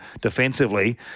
defensively